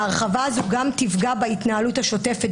ההרחבה הזו גם תפגע בהתנהלות השוטפת